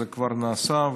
זה כבר נעשה,